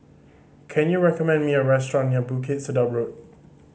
can you recommend me a restaurant near Bukit Sedap Road